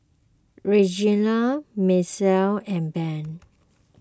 Reginal Misael and Ben